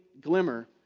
glimmer